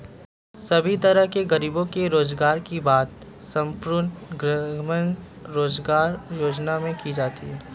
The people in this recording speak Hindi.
सभी तरह के गरीबों के रोजगार की बात संपूर्ण ग्रामीण रोजगार योजना में की जाती है